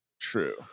True